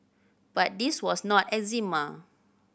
but this was not eczema